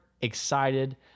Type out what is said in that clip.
excited